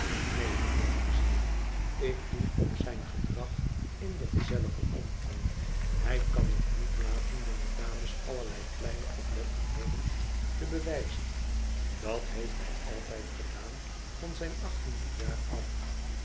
neen vervolgde zij ik doel op zijn gedrag in den gezelligen omgang hij kan het niet laten jonge dames allerlei kleine oplettendheden te bewijzen dat heeft hij altijd gedaan van zijn achttiende jaar af